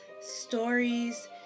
stories